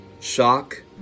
Shock